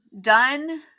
done